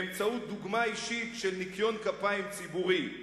באמצעות דוגמה אישית של ניקיון כפיים ציבורי,